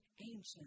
ancient